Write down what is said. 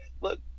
look